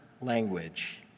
language